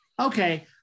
okay